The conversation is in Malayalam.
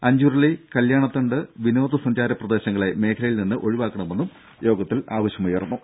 അഞ്ചുരുളി കല്യാണതണ്ട് വിനോദസഞ്ചാര പ്രദേശങ്ങളെ മേഖലയിൽ നിന്ന് ഒഴിവാക്കണമെന്നും യോഗത്തിൽ ആവശ്യമുയർന്നു